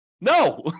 No